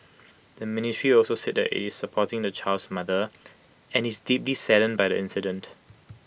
the ministry also said that IT is supporting the child's mother and is deeply saddened by the incident